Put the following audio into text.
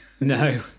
No